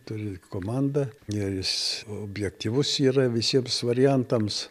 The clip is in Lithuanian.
turi komandą ir jis objektyvus yra visiems variantams